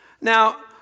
Now